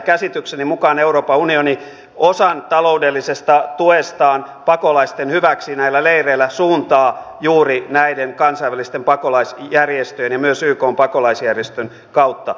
käsitykseni mukaan euroopan unioni suuntaa osan taloudellisesta tuestaan pakolaisten hyväksi näillä leireillä juuri näiden kansainvälisten pakolaisjärjestöjen ja myös ykn pakolaisjärjestön kautta